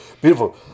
Beautiful